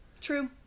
True